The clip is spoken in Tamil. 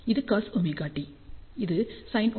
இது cosωt இது sinωt